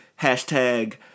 hashtag